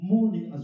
Morning